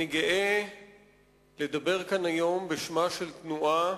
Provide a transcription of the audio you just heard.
אני גאה לדבר כאן היום בשמה של תנועה